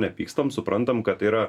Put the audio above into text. nepykstam suprantam kad tai yra